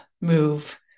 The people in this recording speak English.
move